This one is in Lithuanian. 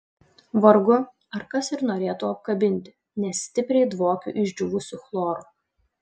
vargu ar kas ir norėtų apkabinti nes stipriai dvokiu išdžiūvusiu chloru